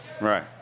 Right